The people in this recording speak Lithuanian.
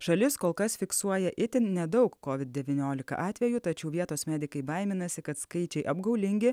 šalis kol kas fiksuoja itin nedaug covid devyniolika atvejų tačiau vietos medikai baiminasi kad skaičiai apgaulingi